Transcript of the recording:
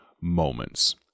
moments